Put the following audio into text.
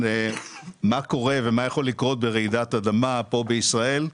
מה קורה ומה יכול לקרות ברעידת אדמה פה בישראל.